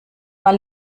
mal